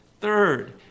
Third